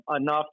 enough